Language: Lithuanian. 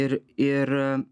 ir ir